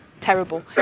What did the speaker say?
terrible